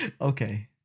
Okay